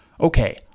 Okay